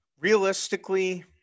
Realistically